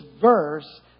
verse